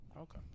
Okay